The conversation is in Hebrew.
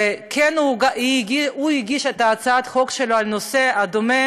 הוא הגיש את הצעת החוק שלו בנושא דומה